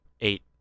eight